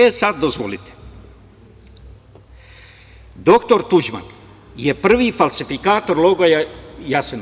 E, sad dozvolite, doktor Tuđman je prvi falsifikator logora Jasenovac.